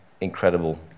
incredible